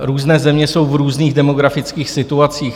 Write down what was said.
Různé země jsou v různých demografických situacích.